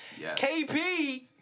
KP